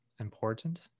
important